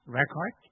record